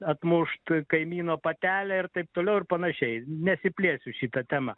atmušt kaimyno patelę ir taip toliau ir panašiai nesiplėsiu į šitą temą